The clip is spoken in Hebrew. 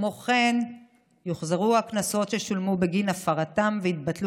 וכן יוחזרו הקנסות ששולמו בגין הפרתן ויתבטלו